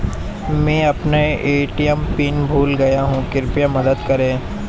मैं अपना ATM PIN भूल गया हूँ कृपया मदद करें